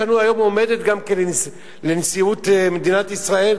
יש לנו היום מועמדת גם לנשיאות מדינת ישראל,